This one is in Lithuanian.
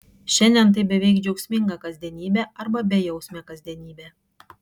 šiandien tai beveik džiaugsminga kasdienybė arba bejausmė kasdienybė